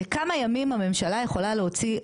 לכמה ימים הממשלה יכולה להוציא,